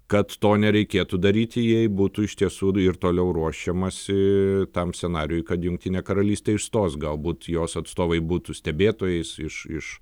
kad to nereikėtų daryti jei būtų iš tiesų ir toliau ruošiamasi tam scenarijui kad jungtinė karalystė išstos galbūt jos atstovai būtų stebėtojais iš iš